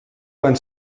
van